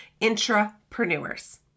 intrapreneurs